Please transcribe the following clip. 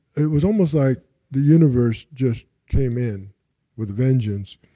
it was almost like the universe just came in with a vengeance.